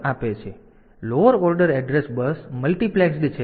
તેથી lower order address bus multiplexed છે